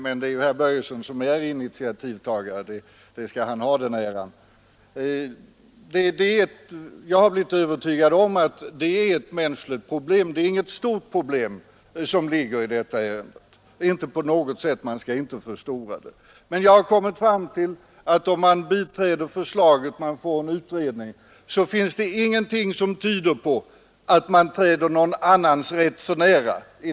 Det är ju ändå herr Börjesson som är initiativtagare, den äran skall han ha. Jag har nu blivit övertygad om att vi här har att göra med en rättvisefråga, även om man inte skall förstora hela ärendet. Jag har också kommit fram till att när vi nu biträder förslaget om en utredning finns det ingenting som tyder på att vi träder någon annans rätt förnär.